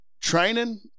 training